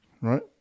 right